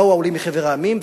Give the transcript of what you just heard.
באו העולים מחבר העמים,